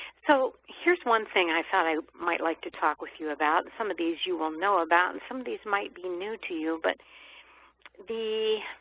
so here's one thing i thought i might like to talk with you about. some of these you will know about and some of these might be new to you. but the